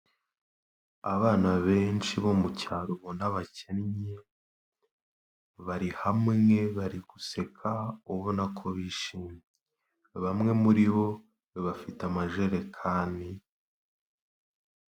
Abana benshi bo mu cyaro ubona bakennye, bari hamwe bari guseka ubona ko bishimye, bamwe muri bo bafite amajerekani.